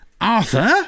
Arthur